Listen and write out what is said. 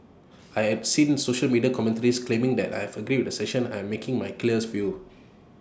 I have seen social media commentaries claiming that I had agreed with the assertion I'm making my views clear